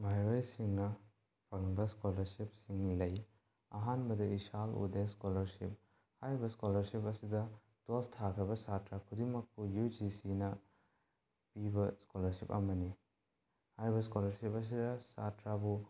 ꯃꯍꯩꯔꯣꯏꯁꯤꯡꯅ ꯐꯪꯕ ꯁ꯭ꯀꯣꯂꯔꯁꯤꯞꯁꯤꯡ ꯂꯩ ꯑꯍꯥꯟꯕꯗ ꯏꯁꯥꯜ ꯎꯗꯦꯁ ꯁ꯭ꯀꯣꯂꯔꯁꯤꯞ ꯍꯥꯏꯔꯤꯕ ꯁ꯭ꯀꯣꯂꯔꯁꯤꯞ ꯑꯁꯤꯗ ꯇꯨꯋꯦꯜꯄ ꯊꯥꯈ꯭ꯔꯕ ꯁꯥꯇ꯭ꯔ ꯈꯨꯗꯤꯡꯃꯛꯄꯨ ꯌꯨ ꯖꯤ ꯁꯤꯅ ꯄꯤꯕ ꯁ꯭ꯀꯣꯂꯔꯁꯤꯞ ꯑꯃꯅꯤ ꯍꯥꯏꯔꯤꯕ ꯁ꯭ꯀꯣꯂꯔꯁꯤꯞ ꯑꯁꯤꯗ ꯁꯥꯇ꯭ꯔꯕꯨ